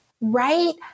right